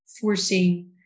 forcing